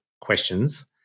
questions